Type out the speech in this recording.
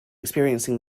experiencing